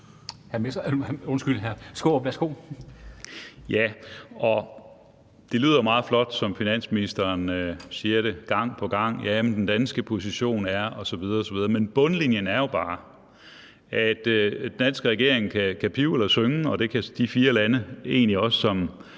(DF): Det lyder jo meget flot, hvad finansministeren siger gang på gang: Jamen den danske position er ... osv. osv. Sagen er jo bare, at den danske regering kan pive eller synge, og det kan de fire lande, som